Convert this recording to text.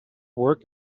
work